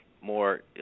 more